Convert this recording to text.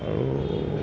আৰু